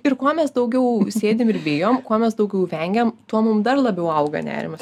ir kuo mes daugiau sėdim ir bijom kuo mes daugiau vengiam tuo mum dar labiau auga nerimas